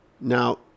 Now